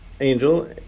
angel